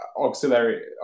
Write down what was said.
auxiliary